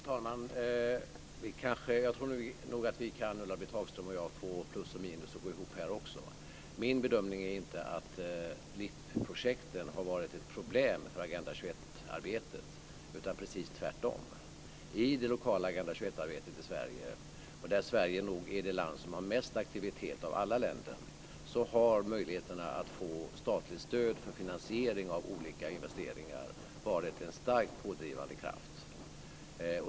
Fru talman! Jag tror nog att Ulla-Britt Hagström och jag kan få plus och minus att gå ihop här också. Min bedömning är inte att LIP-projekten har varit ett problem för Agenda 21-arbetet, utan precis tvärtom. I det lokala Agenda 21-arbetet i Sverige - Sverige är nog det land som har mest aktivitet av alla länder - har möjligheterna att få statligt stöd för finansiering av olika investeringar varit en starkt pådrivande kraft.